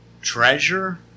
treasure